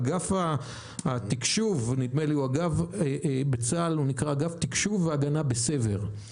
אגף התקשוב בצה"ל נקרא אגף תקשוב והגנה בסב"ר.